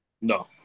No